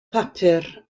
papur